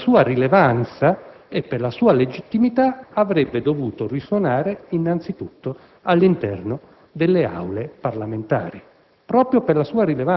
ma che proprio per la sua rilevanza e per la sua legittimità avrebbe dovuto risuonare innanzitutto all' interno delle Aule parlamentari.